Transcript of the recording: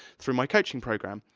through my coaching programme.